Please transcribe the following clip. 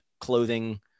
clothing